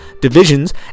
divisions